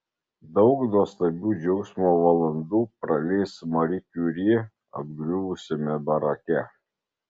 daug nuostabių džiaugsmo valandų praleis mari kiuri apgriuvusiame barake